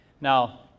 Now